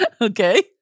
Okay